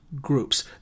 groups